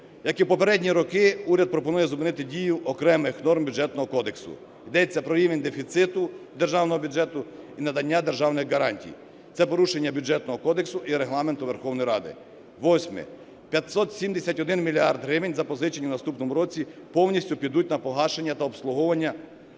Як і в попередні роки, уряд пропонує зупинити дію окремих норм Бюджетного кодексу. Йдеться про рівень дефіциту державного бюджету і надання державних гарантій. Це порушення Бюджетного кодексу і Регламенту Верховної Ради. Восьме. 571 мільярд гривень, запозичені в наступному році, повністю підуть на погашення та обслуговування державного боргу